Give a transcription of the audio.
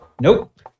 nope